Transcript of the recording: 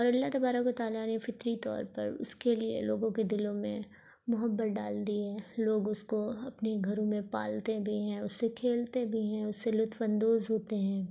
اور اللہ تبارک و تعالیٰ نے فطری طور پراس كے لیے لوگوں کے دلوں میں محبت ڈال دی ہے لوگ اس کو اپنے گھروں میں پالتے بھی ہیں اس سے کھیلتے بھی ہیں اس سے لطف اندوز ہوتے ہیں